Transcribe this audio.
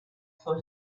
for